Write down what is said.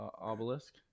obelisk